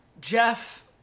Jeff